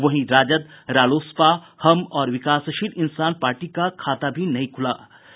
वहीं राजद रालोसपा हम और विकासशील इंसान पार्टी का खाता भी नहीं खुल सका